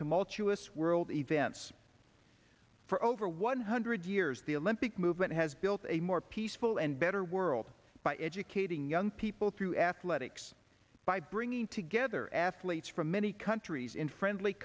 mulch us world events for over one hundred years the olympic movement has built a more peaceful and better world by educating young people through athletics by bringing together athletes from many countries in friendly